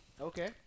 Okay